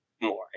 more